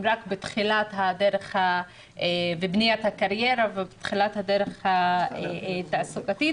רק בתחילת בניית הקריירה ובתחילת הדרך התעסוקתית.